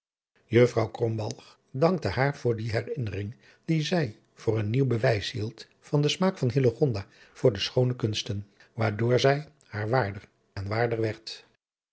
krombalg dankte haar voor die herinnering die zij voor een nieuw bewijs hield van den smaak van hillegonda voor de schoonste kunsten waardoor zij haar waarder en waarder werd